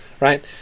right